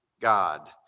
God